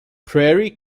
prairie